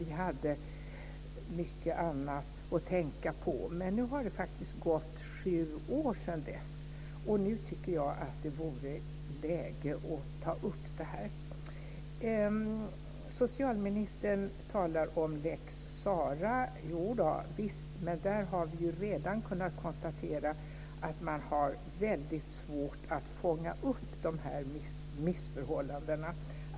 Vi hade mycket annat att tänka på. Men nu har det faktiskt gått sju år sedan dess, och nu tycker jag att det vore läge att ta upp det här. Socialministern talar om lex Sara. Men där har vi redan kunnat konstatera att man har väldigt svårt att fånga upp de här missförhållandena.